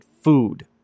food